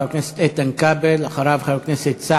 חבר הכנסת איתן כבל,